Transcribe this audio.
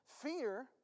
Fear